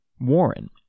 Warren